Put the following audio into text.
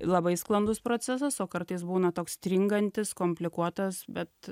labai sklandus procesas o kartais būna toks stringantis komplikuotas bet